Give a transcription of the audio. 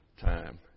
time